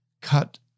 cut